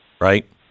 Right